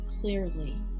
clearly